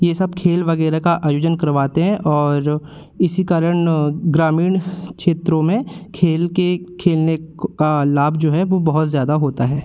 यह सब खेल वगैरह का आयोजन करवाते हैं और इसी कारण ग्रामीण क्षेत्रों में खेल के खेलने का लाभ जो है वह बहुत ज़्यादा होता है